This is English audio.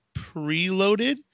preloaded